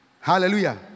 hallelujah